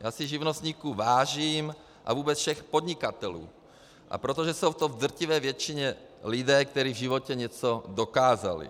Já si živnostníků vážím, a vůbec všech podnikatelů, protože jsou to v drtivé většině lidé, kteří v životě něco dokázali.